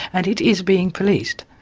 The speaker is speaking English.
and it is being policed.